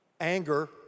anger